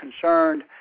concerned